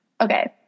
Okay